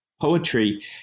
poetry